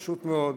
פשוט מאוד,